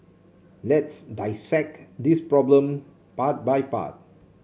let's dissect this problem part by part